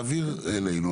תעביר אלינו,